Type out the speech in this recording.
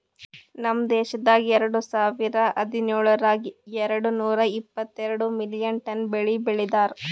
ನಮ್ ದೇಶದಾಗ್ ಎರಡು ಸಾವಿರ ಹದಿನೇಳರೊಳಗ್ ಎರಡು ನೂರಾ ಎಪ್ಪತ್ತೆರಡು ಮಿಲಿಯನ್ ಟನ್ ಬೆಳಿ ಬೆ ಳದಾರ್